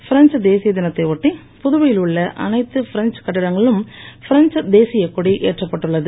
French தேசிய தினத்தை ஒட்டி புதுவையில் உள்ள அனைத்து பிரெஞ்ச கட்டிடங்களிலும் பிரெஞ்ச தேதியக் கொடி ஏற்றப்பட்டுள்ளது